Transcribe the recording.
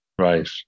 Right